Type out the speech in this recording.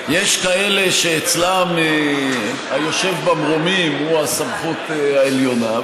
יש כאלה שאצלם היושב במרומים הוא הסמכות העליונה,